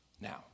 Now